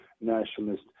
nationalists